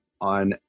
on